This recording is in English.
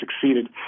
succeeded